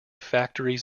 factories